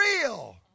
real